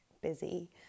busy